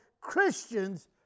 Christians